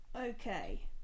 Okay